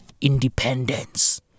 Independence